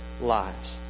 lives